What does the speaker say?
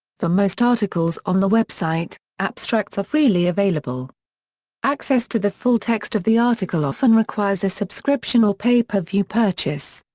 for most articles on the website, abstracts are freely available access to the full text of the article often requires a subscription or pay-per-view purchase.